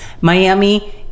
Miami